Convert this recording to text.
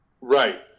Right